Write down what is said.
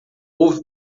houve